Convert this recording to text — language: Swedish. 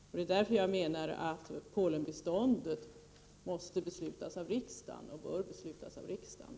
Jag menar därför att Polenbiståndet bör och måste beslutas av riksdagen.